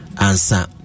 answer